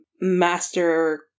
master